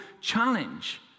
challenge